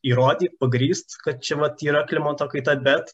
įrodyt pagrįst kad čia vat yra klimato kaita bet